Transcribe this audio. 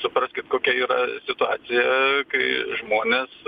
supraskit kokia yra situacija kai žmonės